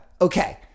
Okay